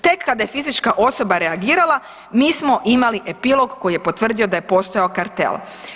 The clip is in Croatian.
Tek kada je fizička osoba reagirala mi smo imali epilog koji je potvrdio da je postojao kartel.